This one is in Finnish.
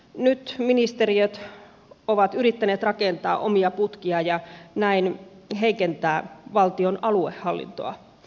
nyt ministeriöt ovat yrittäneet rakentaa omia putkia ja näin heikentää valtion aluehallintoa